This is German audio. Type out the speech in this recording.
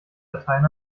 latein